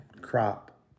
crop